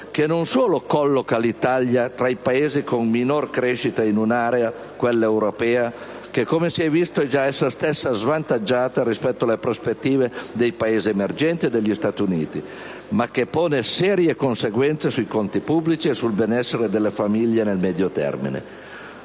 che non solo colloca l'Italia tra i Paesi con minor crescita in un'area, quella europea che, come si è visto, è già essa stessa svantaggiata rispetto alla prospettive dei Paesi emergenti e degli Stati Uniti, ma che pone serie conseguenze sui conti pubblici e sul benessere delle famiglie italiane nel medio termine,